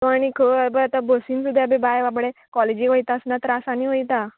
तो आनी खंय हेबय आतां बसीन सुद्दां बी बाय बाबडे कॉलेजीक वयता आसतना त्रासांनी वयता